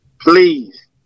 Please